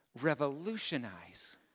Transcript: revolutionize